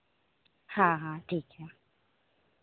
हाँ हाँ ठीक है